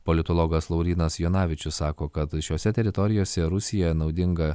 politologas laurynas jonavičius sako kad šiose teritorijose rusija naudinga